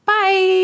Bye